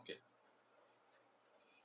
okay